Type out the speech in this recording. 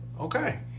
Okay